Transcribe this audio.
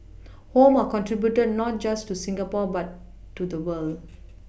home are contributed not just to Singapore but to the world